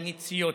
הניציות,